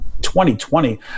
2020